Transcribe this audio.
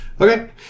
Okay